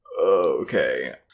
Okay